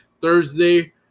Thursday